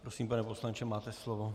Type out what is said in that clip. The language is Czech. Prosím, pane poslanče, máte slovo.